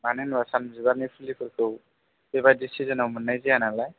मानो होनब्ला सान बिबारनि फुलिफोरखौ बेबायदि सिजोनाव मोननाय जाया नालाय